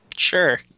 sure